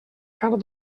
carn